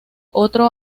otro